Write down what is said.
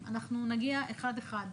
אנחנו נגיע אחד אחד.